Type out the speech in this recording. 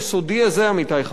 עמיתי חברי הכנסת,